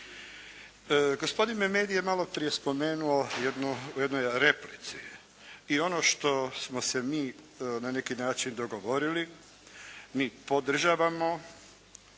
Gospodin Memedi je malo prije spomenuo u jednoj replici, i ono što smo se mi na neki način dogovorili, mi podržavamo